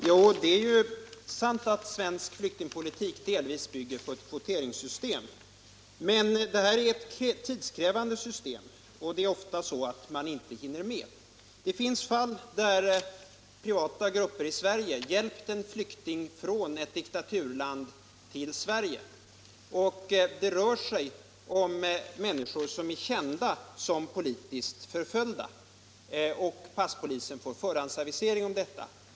Herr talman! Det är sant att svensk flyktingpolitik delvis bygger på ett kvoteringssystem. Men det är ett tidskrävande system, och man hinner ofta inte med. Det finns fall där privata grupper i Sverige har hjälpt en flykting från ett diktaturland till Sverige. Det rör sig om människor som är kända som politiskt förföljda, och passpolisen får förhandsavisering om ankomsten.